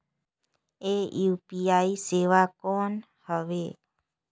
ये यू.पी.आई सेवा कौन हवे?